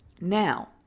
Now